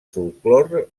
folklore